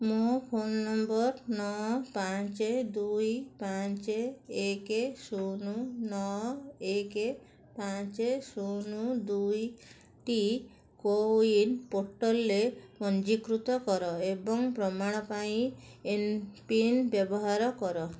ମୋ phone number ନଅ ପାଞ୍ଚ ଦୁଇ ପାଞ୍ଚ ଏକ ଶୂନ ନଅ ଏକ ପାଞ୍ଚ ଶୂନ ଦୁଇ ଟି କୋ ୱିନ ପୋର୍ଟାଲରେ ପଞ୍ଜୀକୃତ କର ଏବଂ ପ୍ରମାଣ ପାଇଁ ଏମ୍ପିନ୍ ବ୍ୟବହାର କର